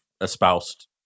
espoused